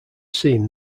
seem